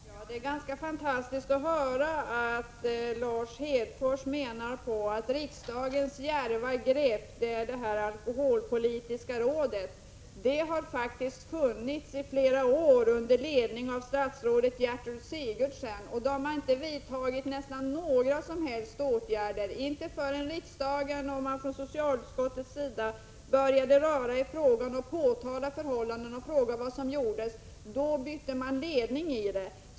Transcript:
Herr talman! Det är ganska fantastiskt att höra att Lars Hedfors menar att regeringens djärva grepp är det alkoholpolitiska rådet. Det har faktiskt funnits i flera år under ledning av statsrådet Gertrud Sigurdsen. Man har knappast vidtagit några åtgärder alls — inte förrän riksdagen och socialutskottet började röra i det hela, påtala förhållanden och fråga vad som gjordes. Då bytte man ledning i rådet.